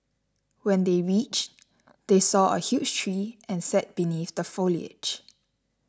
when they reach they saw a huge tree and sat beneath the foliage